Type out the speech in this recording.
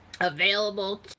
available